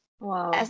Wow